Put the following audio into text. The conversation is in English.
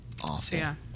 Awesome